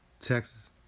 Texas